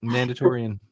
Mandatorian